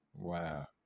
wow